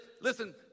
listen